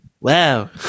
wow